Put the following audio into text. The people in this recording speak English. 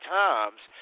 times